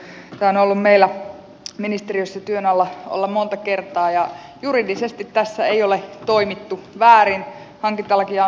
tämä on ollut meillä ministeriössä työn alla monta kertaa ja juridisesti tässä ei ole toimittu väärin hankintalakia on noudatettu